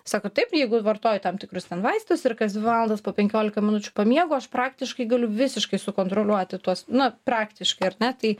sako taip jeigu vartoju tam tikrus ten vaistus ir kas dvi valandas po penkiolika minučių pamiegu aš praktiškai galiu visiškai sukontroliuoti tuos na praktiškai ar ne tai